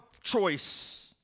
choice